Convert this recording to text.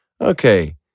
okay